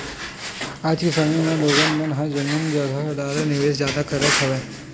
आज के समे म लोगन मन ह जमीन जघा डाहर निवेस जादा करत हवय